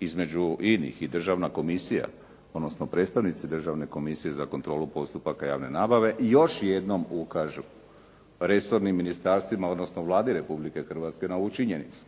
između inih i državna komisija odnosno predstavnici Državne komisije za kontrolu postupaka javne nabave još jednom ukažu resornim ministarstvima odnosno Vladi Republike Hrvatske na ovu činjenicu.